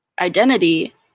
identity